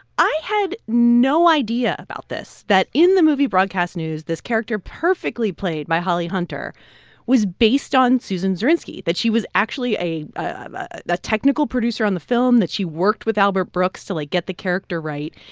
i had no idea about this that in the movie broadcast news, this character perfectly played by holly hunter was based on susan zirinsky, that she was actually a ah technical producer on the film, that she worked with albert brooks to, like, get the character right.